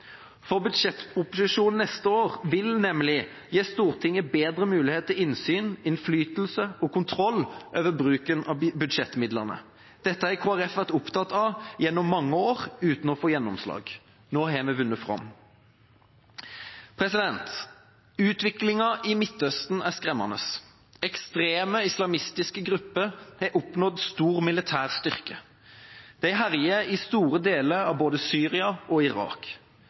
For budsjettproposisjonen neste år vil nemlig gi Stortinget bedre mulighet til innsyn, innflytelse og kontroll med bruken av budsjettmidlene. Dette har Kristelig Folkeparti vært opptatt av gjennom mange år uten å få gjennomslag. Nå har vi vunnet fram. Utviklinga i Midtøsten er skremmende. Ekstreme, islamistiske grupper har oppnådd stor militær styrke. De herjer i store deler av både Syria og Irak.